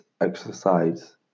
exercise